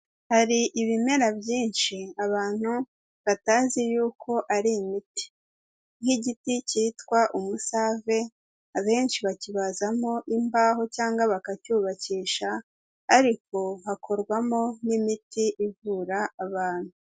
Hari ibimera byinshi abantu batazi y'uko ari imiti. Nk'igiti cyitwa umusave abenshi bakibazamo imbaho cyangwa bakacyubakisha, ariko hakorwamo n'imiti ivura abantu.